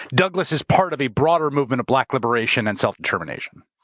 douglass is part of a broader movement of black liberation and self-determination.